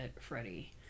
freddie